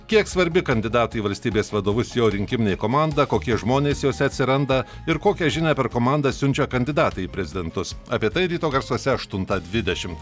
kiek svarbi kandidatui į valstybės vadovus jo rinkiminė komanda kokie žmonės jose atsiranda ir kokią žinią per komandą siunčia kandidatai į prezidentus apie tai ryto garsuose aštuntą dvidešimt